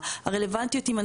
אחרי הפרסום.